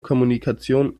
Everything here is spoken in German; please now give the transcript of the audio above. kommunikation